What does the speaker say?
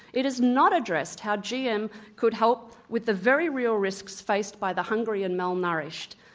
it has not addressed how gm could help with the very real risks faced by the hungry and malnourished.